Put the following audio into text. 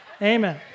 Amen